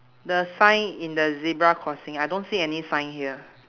the sign in the zebra crossing I don't see any sign here